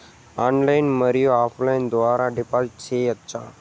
Online మరియు offline ద్వారా డిపాజిట్లు సేయొచ్చా?